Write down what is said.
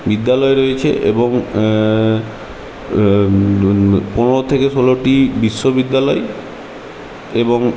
বিদ্যালয় রয়েছে এবং পনেরো থেকে ষোলোটি বিশ্ববিদ্যালয় এবং